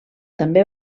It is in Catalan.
també